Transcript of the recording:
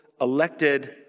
elected